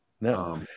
No